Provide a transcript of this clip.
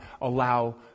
allow